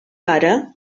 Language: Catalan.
pare